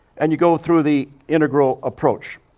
and you go through the integral approach,